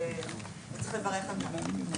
וצריך לברך על זה.